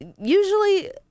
usually